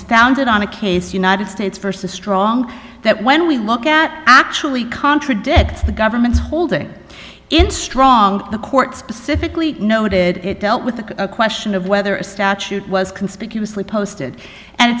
founded on a case united states versus strong that when we look at actually contradicts the government's holding in strong the court specifically noted it dealt with the question of whether a statute was conspicuously posted and